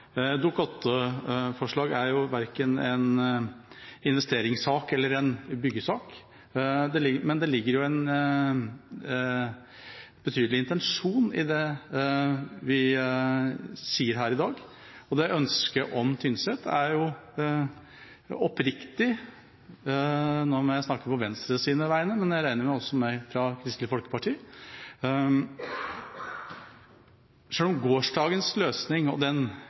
8-forslag er jo verken en investeringssak eller en byggesak, men det ligger en betydelig intensjon i det vi sier her i dag, og ønsket om Tynset er oppriktig. Nå må jeg snakke på Venstres vegne – men jeg regner også med at det gjelder for Kristelig Folkeparti. Om gårsdagens løsning og